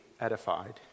edified